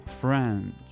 French